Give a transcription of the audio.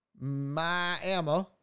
Miami